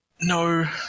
No